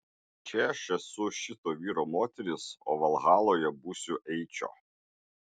čia aš esu šito vyro moteris o valhaloje būsiu eičio